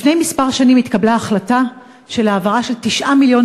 לפני כמה שנים התקבלה החלטה על העברת 9 מיליון